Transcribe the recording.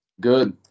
good